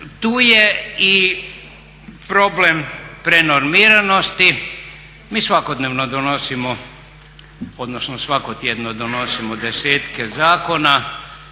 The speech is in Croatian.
Tu je i problem prenormiranosti. Mi svakodnevno donosimo, odnosno svakotjedno donosimo desetke zakona.